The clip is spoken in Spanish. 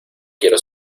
quiero